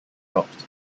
dropped